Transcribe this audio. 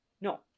No